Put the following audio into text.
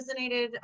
resonated